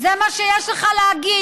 זה מה שיש לך להגיד.